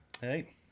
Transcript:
Hey